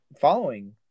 following